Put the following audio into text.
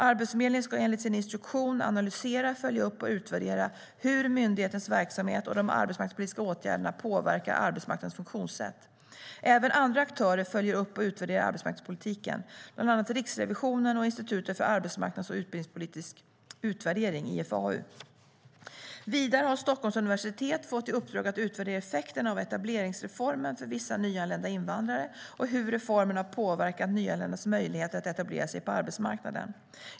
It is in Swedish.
Arbetsförmedlingen ska enligt sin instruktion analysera, följa upp och utvärdera hur myndighetens verksamhet och de arbetsmarknadspolitiska åtgärderna påverkar arbetsmarknadens funktionssätt. Även andra aktörer följer upp och utvärderar arbetsmarknadspolitiken, bland annat Riksrevisionen och Institutet för arbetsmarknads och utbildningspolitisk utvärdering, IFAU. Vidare har Stockholms universitet fått i uppdrag att utvärdera effekterna av etableringsreformen för vissa nyanlända invandrare och hur reformen har påverkat nyanländas möjligheter att etablera sig på arbetsmarknaden.